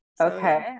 Okay